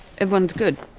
everyone's good?